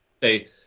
Say